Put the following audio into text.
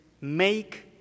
make